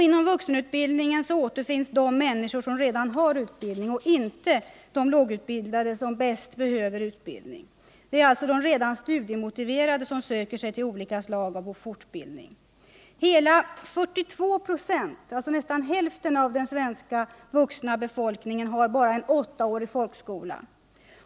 Inom vuxenutbildningen återfinns de människor som redan har utbildning — inte de lågutbildade som bäst behöver den. Det är alltså de redan studiemotiverade som söker sig till olika slag av fortbildning. Hela 42 96 , alltså nästan hälften av den vuxna befolkningen, har bara 8-årig folkskola.